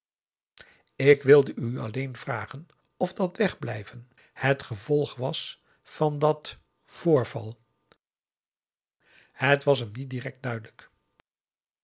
ik wilde u alleen vragen of dat wegblijven het gevolg was van dat voorval het was hem niet direct duidelijk